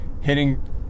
hitting